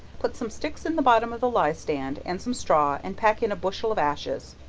put some sticks in the bottom of the leystand, and some straw, and pack in a bushel of ashes,